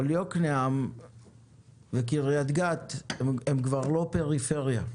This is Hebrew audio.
אבל יוקנעם וקריית גת הן כבר לא פריפריה.